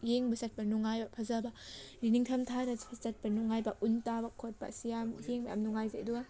ꯌꯦꯡꯕ ꯆꯠꯄ ꯅꯨꯡꯉꯥꯏꯕ ꯐꯖꯕ ꯅꯤꯡꯊꯝ ꯊꯥꯗ ꯆꯠꯄ ꯅꯨꯡꯉꯥꯏꯕ ꯎꯟ ꯇꯥꯕ ꯈꯣꯠꯄꯁꯤ ꯌꯥꯝ ꯌꯦꯡꯕ ꯌꯥꯝ ꯅꯨꯡꯉꯥꯏ ꯑꯗꯨꯒ